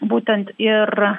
būtent ir